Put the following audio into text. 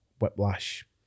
whiplash